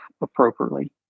appropriately